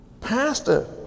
Pastor